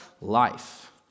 life